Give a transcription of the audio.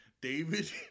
David